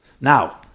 Now